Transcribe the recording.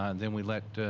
and then we let